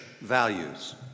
values